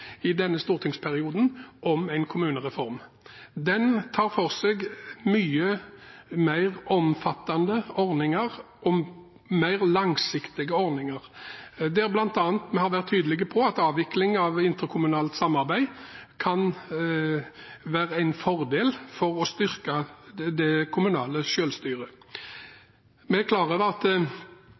i denne stortingsperioden om en kommunereform. Den tar for seg mye mer omfattende og mer langsiktige ordninger, der vi bl.a. har vært tydelige på at avvikling av interkommunalt samarbeid kan være en fordel for å styrke det kommunale selvstyret. Vi er klar over at